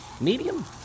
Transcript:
Medium